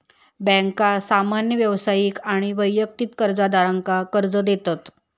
बँका सामान्य व्यावसायिक आणि वैयक्तिक कर्जदारांका कर्ज देतत